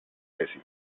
esito